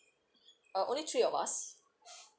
uh only three of us